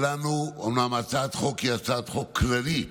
אומנם הצעת החוק היא הצעת חוק כללית,